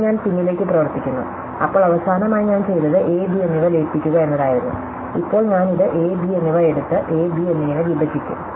ഇനി ഞാൻ പിന്നിലേക്ക് പ്രവർത്തിക്കുന്നു അപ്പോൾ അവസാനമായി ഞാൻ ചെയ്തത് a b എന്നിവ ലയിപ്പിക്കുക എന്നതായിരുന്നു ഇപ്പോൾ ഞാൻ ഇത് എ ബി എന്നിവ എടുത്ത് എ ബി എന്നിങ്ങനെ വിഭജിക്കും